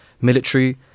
military